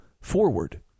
forward